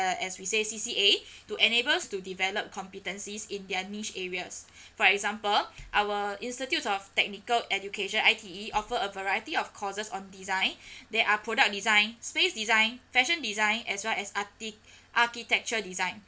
uh as we say C_C_A to enable us to develop competencies in their niche areas for example our institute of technical education I_T_E offer a variety of courses on design there are product design space design fashion design as well as archi~ architecture design